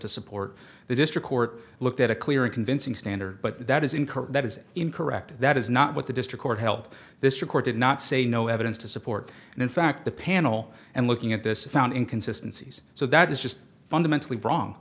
to support the district court looked at a clear and convincing standard but that is incurred that is incorrect that is not what the district court help this record did not say no evidence to support and in fact the panel and looking at this found in consistencies so that is just fundamentally wrong